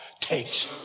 takes